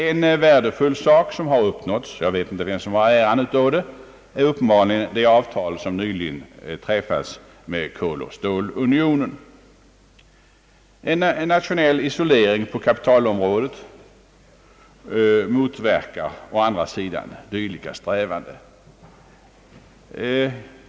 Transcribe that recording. Ett värdefullt resultat som uppnåtts jag vet inte vilken som har äran för det — är det avtal som nyligen träffats med koloch stålunionen. En nationell isolering på kapitalområdet motverkar å andra sidan dylika strävanden.